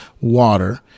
water